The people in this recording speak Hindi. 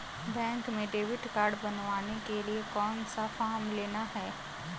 बैंक में डेबिट कार्ड बनवाने के लिए कौन सा फॉर्म लेना है?